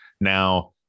Now